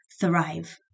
thrive